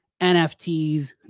nfts